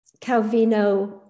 Calvino